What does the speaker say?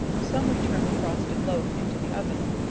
some return the frosted loaf into the oven,